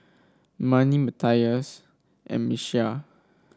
Marni Matias and Miesha